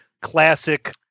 classic